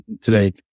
today